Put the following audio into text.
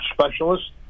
specialist